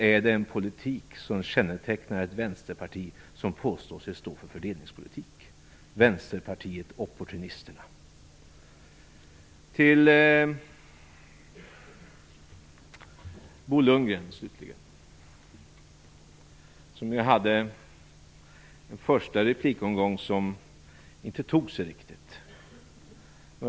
Är det en politik som kännetecknar ett vänsterparti som påstår sig stå för fördelningspolitik? Vänsterpartiet opportunisterna! Slutligen några ord till Bo Lundgren, som hade en första omgång som inte tog sig riktigt.